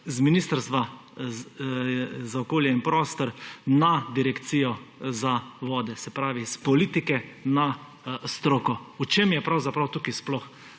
z Ministrstva za okolje in prostor gre na Direkcijo za vode. Se pravi, s politike na stroko. V čem je pravzaprav tukaj sploh